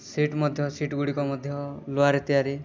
seat ମଧ୍ୟ ସିଟ୍ଗୁଡ଼ିକ ମଧ୍ୟ ଲୁହାରେ ତିଆରି